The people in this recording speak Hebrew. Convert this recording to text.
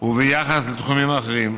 וביחס לתחומים אחרים.